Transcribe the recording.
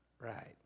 right